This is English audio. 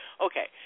Okay